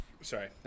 Sorry